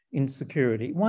insecurity